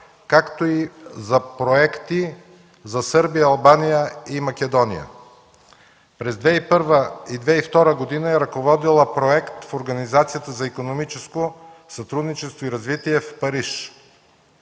както и за проекти за Сърбия, Албания и Македония. През 2001 и 2002 г. е ръководила проект в Организацията за икономическо сътрудничество и развитие в Париж.